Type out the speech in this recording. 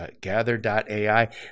Gather.ai